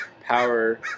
power